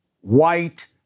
white